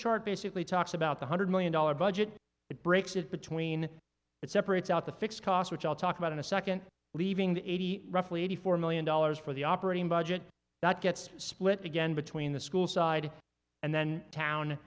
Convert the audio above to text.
chart basically talks about one hundred million dollar budget it breaks it between it separates out the fixed cost which i'll talk about in a second leaving the eighty roughly eighty four million dollars for the operating budget that gets split again between the school side and then town